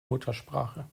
muttersprache